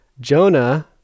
Jonah